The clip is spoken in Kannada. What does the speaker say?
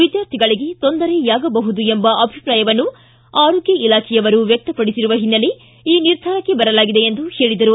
ವಿದ್ಯಾರ್ಥಿಗಳಿಗೆ ತೊಂದರೆಯಾಗಬಹುದು ಎಂಬ ಅಭಿಪ್ರಾಯವನ್ನು ಆರೋಗ್ಯ ಇಲಾಖೆಯವರು ವ್ಯಕ್ತಪಡಿಸಿರುವ ಹಿನ್ನೆಲೆ ಈ ನಿರ್ಧಾರಕ್ಕೆ ಬರಲಾಗಿದೆ ಎಂದು ಹೇಳಿದರು